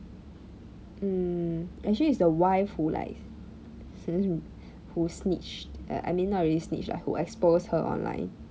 mm actually it's the wife who like who snitched err I mean not really snitched ah who exposed her online